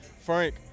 Frank